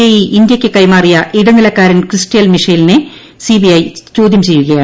A E ഇന്തൃയ്ക്ക് കൈമാറിയ ഇടനിലക്കാരൻ ക്രിസ്റ്റ്യൻ മിഷേലിനെ സി ബി ഐ ചോദ്യം ചെയ്യുകയാണ്